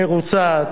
מרוצה,